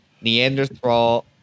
neanderthal